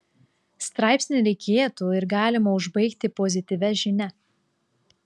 straipsnį reikėtų ir galima užbaigti pozityvia žinia